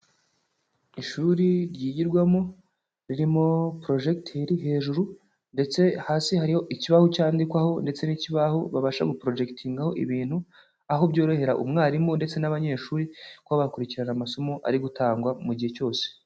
Ishuri ryigirwamo. Ririmo, porojegiteri hejuru. Ndetse hasi hari ikibaho cyandikwaho, ndetse n'ikibaho babasha guporojegitingaho ibintu. Aho byorohera umwarimu, ndetse n'abanyeshuri, kuba bakurikirana amasomo, ari gutangwa, mu gihe cyose.